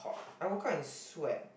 I woke up in sweat